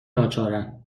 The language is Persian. ناچارا